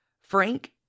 Frank